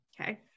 Okay